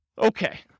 Okay